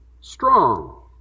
strong